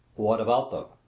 what about them?